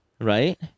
right